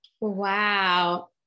Wow